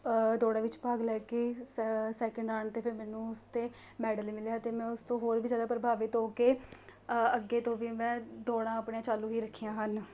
ਦੋੜ੍ਹਾਂ ਵਿੱਚ ਭਾਗ ਲੈ ਕੇ ਸੈਕਿੰਡ ਆਉਣ 'ਤੇ ਫਿਰ ਮੈਨੂੰ ਉਸ ਤੋਂ ਮੈਡਲ ਮਿਲਿਆ ਅਤੇ ਮੈਂ ਉਸ ਤੋਂ ਹੋਰ ਵੀ ਜ਼ਿਆਦਾ ਪ੍ਰਭਾਵਿਤ ਹੋ ਕੇ ਅੱਗੇ ਤੋਂ ਵੀ ਮੈਂ ਦੌੜ੍ਹਾਂ ਆਪਣੀਆਂ ਚਾਲੂ ਹੀ ਰੱਖੀਆਂ ਹਨ